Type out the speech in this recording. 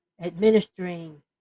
administering